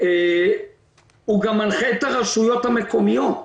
הוא גם מנחה את הרשויות המקומיות.